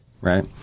Right